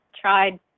tried